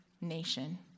nation